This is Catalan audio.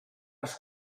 les